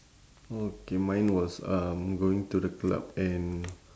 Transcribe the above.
okay mine was um going to the club and